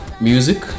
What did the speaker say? music